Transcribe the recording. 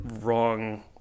wrong